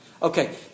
Okay